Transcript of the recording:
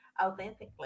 authentically